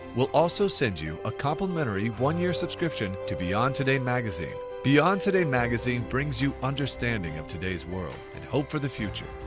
we'll also send you a complimentary one-year subscription to beyond today magazine. beyond today magazine brings you understanding of today's world and hope for the future!